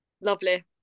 lovely